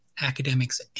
academics